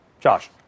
Josh